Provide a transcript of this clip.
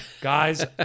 Guys